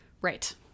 right